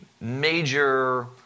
major